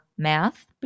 math